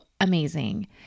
amazing